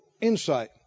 insight